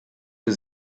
für